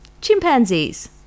Chimpanzees